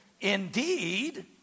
indeed